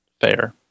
fair